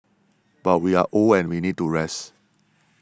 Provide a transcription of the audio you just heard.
but we are old and we need to rest